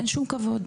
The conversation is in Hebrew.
אין שום כבוד.